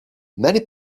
many